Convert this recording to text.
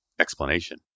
explanation